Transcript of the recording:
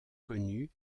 connue